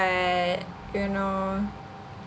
you know